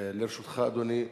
לרשותך, אדוני,